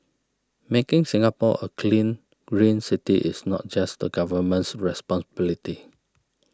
making Singapore a clean green city is not just the Government's responsibility